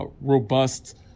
robust